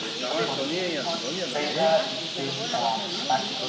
so for the input data is this tract,